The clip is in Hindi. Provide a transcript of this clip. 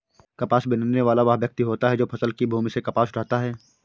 कपास बीनने वाला वह व्यक्ति होता है जो फसल की भूमि से कपास उठाता है